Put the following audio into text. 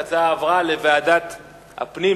ההצעה עברה לוועדת הפנים.